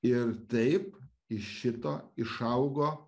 ir taip iš šito išaugo